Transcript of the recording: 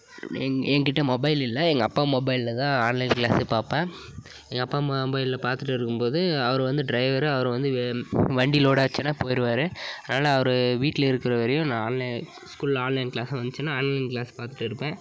என் என்கிட்ட மொபைல் இல்லை எங்கள் அப்பா மொபைலில் தான் ஆன்லைன் க்ளாஸை பார்ப்பேன் என் அப்பா மொபைலை பார்த்துட்டு இருக்கும்போது அவரு வந்து ட்ரைவரு அவரு வந்து வண்டி லோடு ஆச்சுனா போய்டுவாரு அதனால அவரு வீட்டில் இருக்கற வரையும் நான் ஆன்லைன் ஸ்கூலை ஆன்லைன் க்ளாஸு வந்துச்சுனா ஆன்லைன் க்ளாஸ் பார்த்துட்டு இருப்பேன்